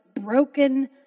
broken